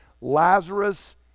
Lazarus